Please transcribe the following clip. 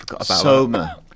Soma